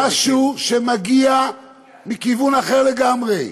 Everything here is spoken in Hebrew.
משהו שמגיע מכיוון אחר לגמרי.